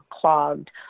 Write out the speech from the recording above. clogged